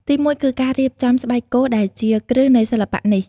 ទីមួយគឺការរៀបចំស្បែកគោដែលជា គ្រឹះនៃសិល្បៈនេះ។